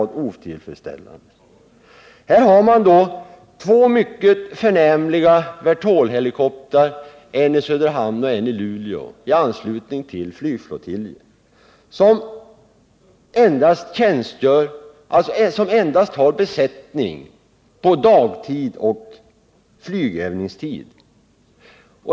Det finns två mycket förnämliga Vertolhelikoptrar, en i Söderhamn och en i Luleå, stationerade i anslutning till Nygflottiljer men med besättning endast på dagtid och flygövningstid.